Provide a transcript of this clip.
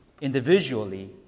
individually